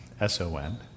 S-O-N